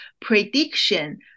prediction